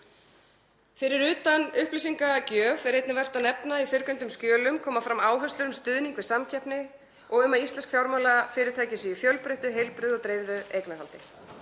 Fyrir utan upplýsingagjöf er einnig vert að nefna að í fyrrgreindum skjölum koma fram áherslur um stuðning við samkeppni og um að íslensk fjármálafyrirtæki séu í fjölbreyttu, heilbrigðu og dreifðu eignarhaldi.